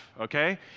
okay